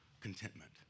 contentment